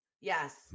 yes